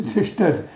Sisters